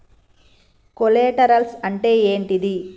Collaterals అంటే ఏంటిది?